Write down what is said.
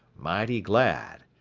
mighty glad.